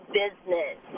business